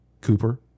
Cooper